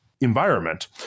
environment